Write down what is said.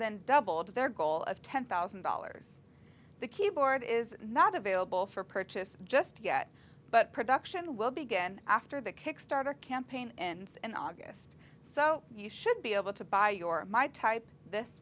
than doubled their goal of ten thousand dollars the keyboard is not available for purchase just yet but production will begin after the kickstarter campaign ends and august so you should be able to buy your my type this